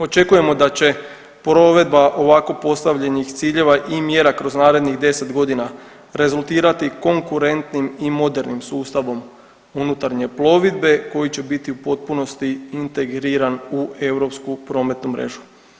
Očekujemo da će provedba ovako postavljenih ciljeva i mjera kroz narednih 10 godina rezultirati konkurentnim i modernim sustavom unutarnje plovidbe koji će biti u potpunosti integriran u europsku prometnu mrežu.